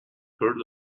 heard